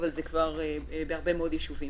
אבל זה כבר בהרבה מאוד יישובים.